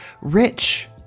rich